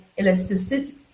elasticity